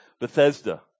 Bethesda